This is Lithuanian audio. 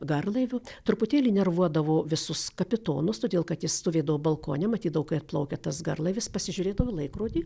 garlaiviu truputėlį nervuodavo visus kapitonus todėl kad jis stovėdavo balkone matydavo kai atplaukia tas garlaivis pasižiūrėdavo į laikrodį